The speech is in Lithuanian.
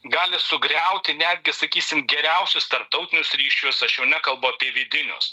gali sugriauti netgi sakysim geriausius tarptautinius ryšius aš jau nekalbu apie vidinius